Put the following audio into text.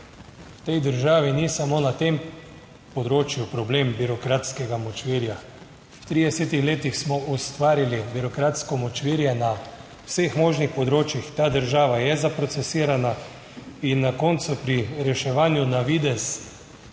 tej državi ni samo na tem področju problem birokratskega močvirja. V 30 letih smo ustvarili birokratsko močvirje na vseh možnih področjih, ta država je zaprocesirana in na koncu pri reševanju na videz